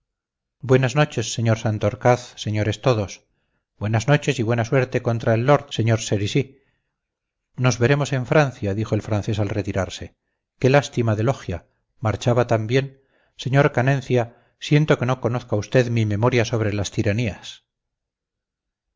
buenas noches señor santorcaz señores todos buenas noches y buena suerte contra el lord señor cerizy nos veremos en francia dijo el francés al retirarse qué lástima de logia marchaba tan bien sr canencia siento que no conozca usted mimemoria sobre las tiranías